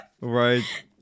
right